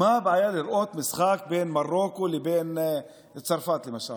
הבעיה לראות משחק בין מרוקו לבין צרפת, למשל?